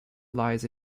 lies